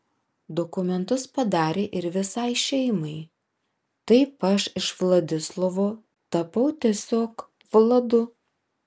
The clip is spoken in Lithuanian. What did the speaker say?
dokumentus padarė ir visai šeimai taip aš iš vladislavo tapau tiesiog vladu